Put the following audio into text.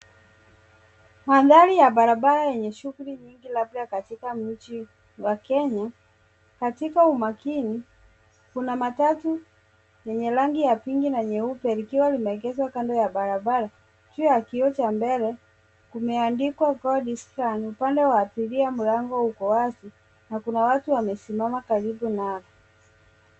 Mandhari ya barabara yenye shughuli nyingi labda katika mji wa Kenya. Katika umakini kuna matatu yenye rangi ya pinki na nyeupe likiwa limeegeshwa kando ya barabara; ikiwa kioo cha mbele kumeandikwa God's Plan . Upande wa abiria mlango uko wazi na kuna watu wamesimama karibu nalo.